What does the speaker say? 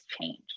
change